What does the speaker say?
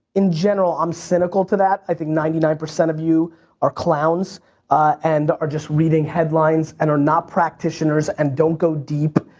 in general, i'm cynical to that. i think ninety nine percent of you are clowns and are just reading headlines and are not practitioners and don't go deep.